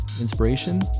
inspiration